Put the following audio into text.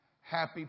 happy